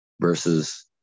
versus